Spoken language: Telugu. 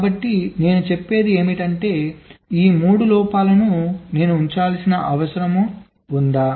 కాబట్టి నేను చెప్పేది ఏమిటంటే ఈ 3 లోపాలను నేను ఉంచాల్సిన అవసరం ఉందా